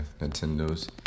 Nintendos